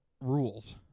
rules